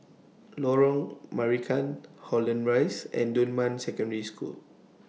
Lorong Marican Holland Rise and Dunman Secondary School